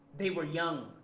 they were young,